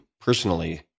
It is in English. personally